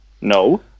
No